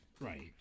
right